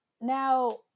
now